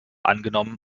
angenommen